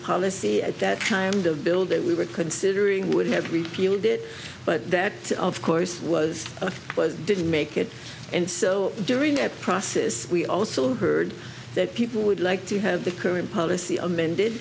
policy at that time to build it we were considering would have reviewed it but that of course was was didn't make it and so during the prosess we also heard that people would like to have the current policy amended